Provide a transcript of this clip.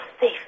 safe